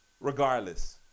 Regardless